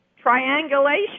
triangulation